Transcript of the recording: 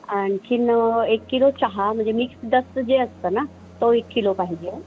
आणखीन एक किलो चहा म्हणजे मिक्स डस्ट जे असतं ना तो एक किलो पाहिजे